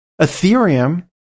Ethereum